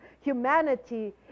humanity